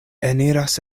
eniras